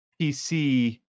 pc